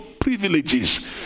privileges